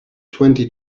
twenty